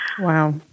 Wow